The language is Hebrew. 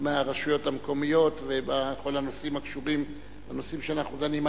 מהרשויות המקומיות ובכל הנושאים הקשורים לנושאים שאנחנו דנים.